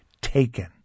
taken